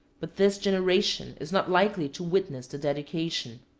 but this generation is not likely to witness the dedication.